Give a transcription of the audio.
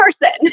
person